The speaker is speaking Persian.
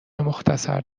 مختصر